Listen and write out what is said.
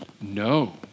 No